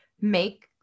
make